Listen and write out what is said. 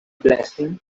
blessing